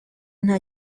nta